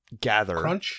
gather